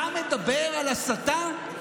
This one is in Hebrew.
אתה מדבר על הסתה?